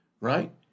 Right